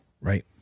Right